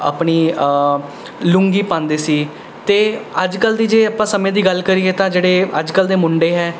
ਆਪਣੀ ਲੂੰਗੀ ਪਾਂਦੇ ਸੀ ਅਤੇ ਅੱਜਕੱਲ ਦੀ ਜੇ ਆਪਾਂ ਸਮੇਂ ਦੀ ਗੱਲ ਕਰੀਏ ਤਾਂ ਜਿਹੜੇ ਅੱਜਕੱਲ ਦੇ ਮੁੰਡੇ ਹੈ